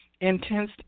intense